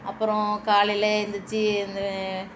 அப்புறோம் காலையில் எந்திரிச்சு இந்த